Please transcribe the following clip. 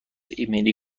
ایمنی